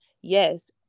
yes